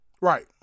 Right